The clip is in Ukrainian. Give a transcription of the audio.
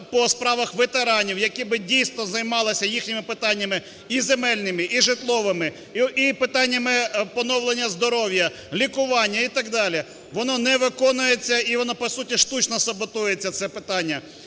по справах ветеранів, яке би дійсно займалося їхніми питаннями і земельними, і житловими, і питаннями поновлення здоров'я, лікування і так далі. Воно не виконується і воно по суті штучно саботується, це питання.